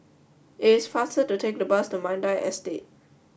it is faster to take the bus to Mandai Estate